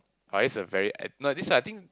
uh that's a very uh no this type of thing